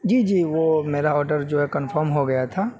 جی جی وہ میرا آڈر جو ہے کنفم ہو گیا تھا